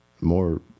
more